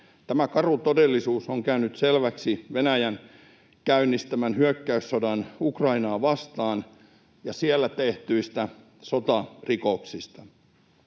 Tämä karu todellisuus on käynyt selväksi Venäjän käynnistämästä hyökkäyssodasta Ukrainaa vastaan ja siellä tehdyistä sotarikoksista.